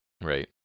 Right